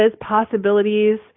possibilities